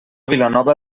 vilanova